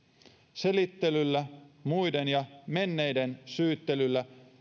selittelyllä muiden ja menneiden syyttelyllä